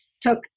Took